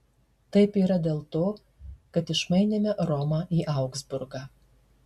taip yra dėl to kad išmainėme romą į augsburgą